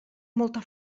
molta